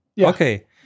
Okay